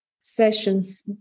sessions